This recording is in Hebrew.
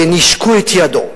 ונישקו את ידו.